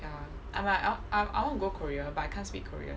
ya I'm like I I want go korea but I can't speak korean